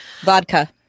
Vodka